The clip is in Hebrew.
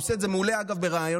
הוא עושה את זה מעולה, אגב, בראיונות.